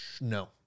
No